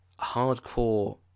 hardcore